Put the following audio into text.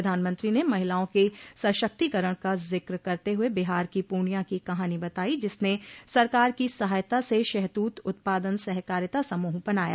प्रधानमंत्री ने महिलाओं के सशक्तिकरण का जिक्र करते हुए बिहार की पूर्णिया की कहानी बताई जिसने सरकार की सहायता से शहतूत उत्पादन सहकारिता समूह बनाया